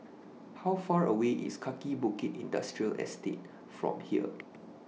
How Far away IS Kaki Bukit Industrial Estate from here